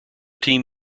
team